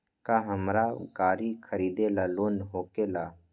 का हमरा गारी खरीदेला लोन होकेला?